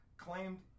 claimed